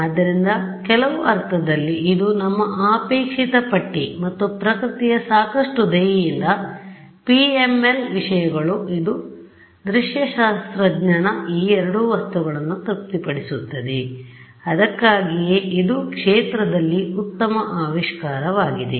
ಆದ್ದರಿಂದ ಕೆಲವು ಅರ್ಥದಲ್ಲಿ ಇದು ನಮ್ಮಅಪೇಕ್ಷಿತ ಪಟ್ಟಿ ಮತ್ತು ಪ್ರಕೃತಿಯ ಸಾಕಷ್ಟು ದಯೆಯಿಂದ ಪಿಎಂಎಲ್ ವಿಷಯಗಳು ಇದು ದೃಶ್ಯಶಾಸ್ತ್ರಜ್ಞನ ಈ ಎರಡೂ ವಸ್ತುಗಳನ್ನು ತೃಪ್ತಿಪಡಿಸುತ್ತದೆ ಅದಕ್ಕಾಗಿಯೇ ಇದು ಕ್ಷೇತ್ರದಲ್ಲಿ ಉತ್ತಮ ಆವಿಷ್ಕಾರವಾಗಿದೆ